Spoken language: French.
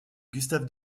gustave